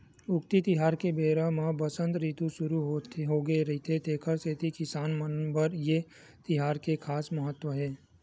उक्ती तिहार के बेरा म बसंत रितु सुरू होगे रहिथे तेखर सेती किसान मन बर ए तिहार के खास महत्ता हे